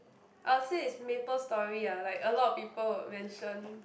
uh say is Maple Story ah like a lot of people would mention